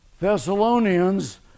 Thessalonians